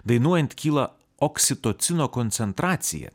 dainuojant kyla oksitocino koncentracija